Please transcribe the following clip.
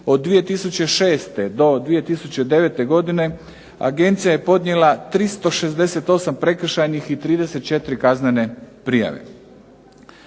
od 2006. do 2009. godine agencija je podnijela 368 prekršajnih i 34 kaznene prijave.